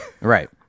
Right